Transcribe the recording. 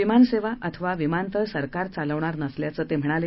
विमानसेवा अथवा विमानतळ सरकार चालवणार नसल्याचं ते म्हणाले